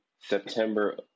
September